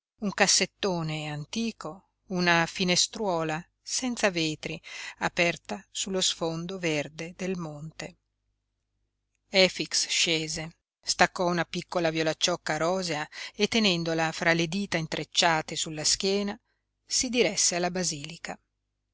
un cassettone antico una finestruola senza vetri aperta sullo sfondo verde del monte efix scese staccò una piccola violacciocca rosea e tenendola fra le dita intrecciate sulla schiena si diresse alla basilica